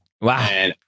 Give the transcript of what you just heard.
Wow